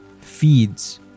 feeds